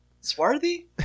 swarthy